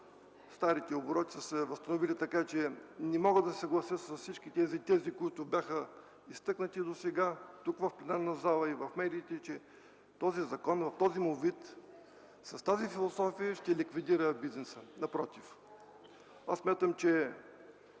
старите обороти са се възстановили. Така че не мога да се съглася с тезите, изтъкнати досега в пленарната зала и в медиите, че този закон в този му вид и с тази философия ще ликвидира бизнеса. Напротив! Смятам, че